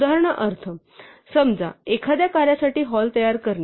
उदाहरणार्थ समजा एखाद्या कार्यासाठी हॉल तयार करणे